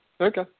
Okay